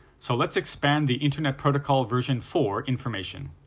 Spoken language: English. so let's expand the internet protocol version four information.